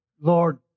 Lord